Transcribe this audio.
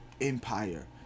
Empire